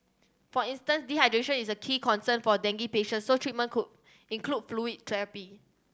for instance dehydration is a key concern for dengue patients so treatment could include fluid therapy